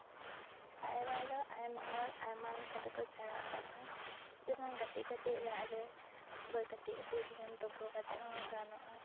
ᱯᱟᱭᱨᱟ ᱫᱚ ᱟᱭᱢᱟ ᱦᱚᱲ ᱟᱭᱢᱟ ᱞᱮᱠᱟᱛᱮᱠᱚ ᱥᱮᱬᱟ ᱟᱠᱟᱫᱟ ᱡᱮᱢᱚᱱ ᱠᱟᱹᱴᱤᱡ ᱠᱟᱹᱴᱤᱡ ᱫᱟᱜ ᱨᱮ ᱠᱟᱹᱴᱤᱡ ᱠᱟᱹᱴᱤᱡ ᱫᱤᱱᱟᱹᱢ ᱛᱳᱯᱳ ᱠᱟᱛᱮ ᱦᱚᱸ ᱜᱟᱱᱚᱜᱼᱟ